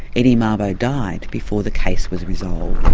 eddie mabo died before the case was resolved.